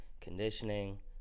conditioning